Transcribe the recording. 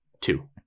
Two